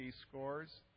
scores